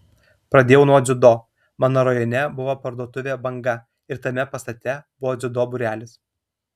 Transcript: pradėjau nuo dziudo mano rajone buvo parduotuvė banga ir tame pastate buvo dziudo būrelis